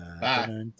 Bye